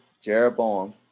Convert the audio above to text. Jeroboam